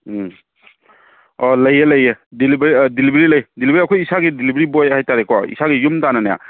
ꯎꯝ ꯑꯣ ꯂꯩꯌꯦ ꯂꯩꯌꯦ ꯗꯦꯂꯤꯕꯔꯤ ꯂꯩ ꯗꯦꯂꯤꯕꯔꯤ ꯑꯩꯈꯣꯏ ꯏꯁꯥꯒꯤ ꯗꯦꯂꯤꯕꯔꯤ ꯕꯣꯏ ꯍꯥꯏꯇꯥꯔꯦꯀꯣ ꯏꯁꯥꯒꯤ ꯌꯨꯝ ꯇꯥꯟꯅꯅꯦ